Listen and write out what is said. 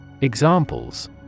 Examples